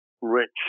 rich